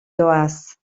doaz